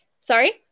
sorry